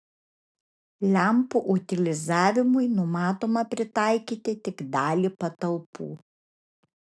lempų utilizavimui numatoma pritaikyti tik dalį patalpų